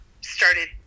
started